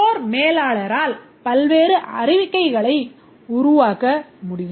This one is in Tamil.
ஸ்டோர் மேலாளரால் பல்வேறு அறிக்கைகளை உருவாக்க முடியும்